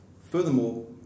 Furthermore